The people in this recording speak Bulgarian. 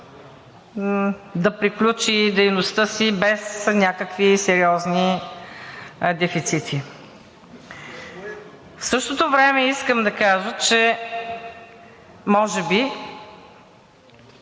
да приключи дейността си без някакви сериозни дефицити. В същото време искам да кажа, че може би